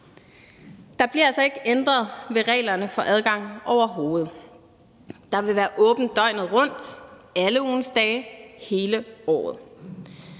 Der bliver altså overhovedet ikke ændret ved reglerne for adgangen. Der vil være åbent døgnet rundt alle ugens dage hele året.